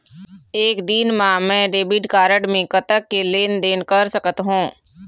एक दिन मा मैं डेबिट कारड मे कतक के लेन देन कर सकत हो?